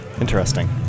Interesting